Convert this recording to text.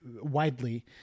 widely